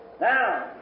Now